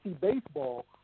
baseball